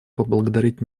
поблагодарить